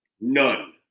None